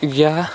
یا